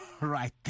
right